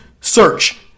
search